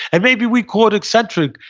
and maybe we call it eccentric,